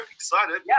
Excited